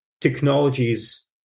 technologies